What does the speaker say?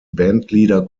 bandleader